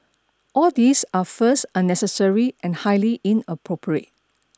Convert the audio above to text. all these are first unnecessary and highly inappropriate